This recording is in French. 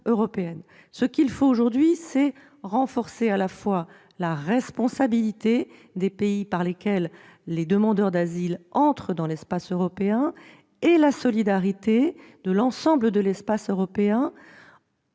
européenne. Aujourd'hui, il faut renforcer la responsabilité des pays par lesquels les demandeurs d'asile entrent dans l'espace européen et la solidarité de l'ensemble de l'espace européen.